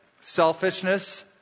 selfishness